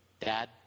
Dad